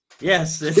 Yes